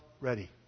ready